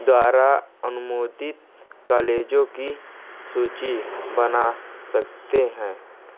द्वारा अनुमोदित कौलेजों की सूची बना सकते हैं